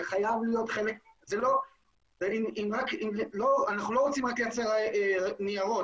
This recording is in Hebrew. אנחנו לא רוצים רק לייצר ניירות,